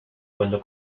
cuando